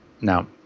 now